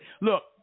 Look